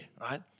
right